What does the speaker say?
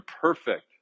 perfect